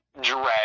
drag